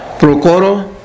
Procoro